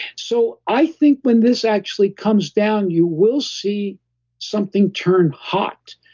so, i think when this actually comes down, you will see something turn hot,